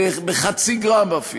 בחצי גרם אפילו.